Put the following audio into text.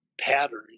pattern